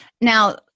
Now